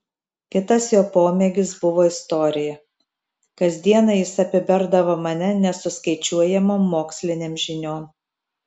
kitas jo pomėgis buvo istorija kasdieną jis apiberdavo mane nesuskaičiuojamom mokslinėm žiniom